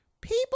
People